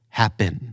happen